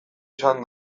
izan